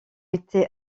été